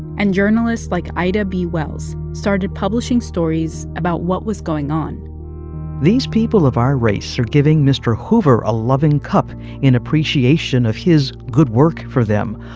and journalists like ida b. wells started publishing stories about what was going on these people of our race are giving mr. hoover a loving cup in appreciation of his good work for them,